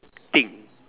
thing